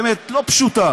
באמת לא פשוטה,